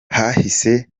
hahise